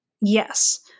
Yes